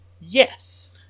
yes